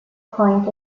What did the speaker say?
point